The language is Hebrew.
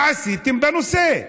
מה עשיתם בנושא?